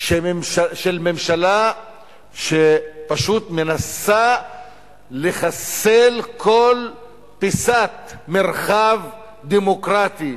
של ממשלה שפשוט מנסה לחסל כל פיסת מרחב דמוקרטי,